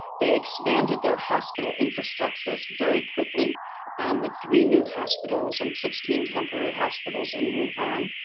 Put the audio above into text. they expanded their hospital infrastructures very quickly with three new hospitals, and sixteen temporary hospitals in wuhan.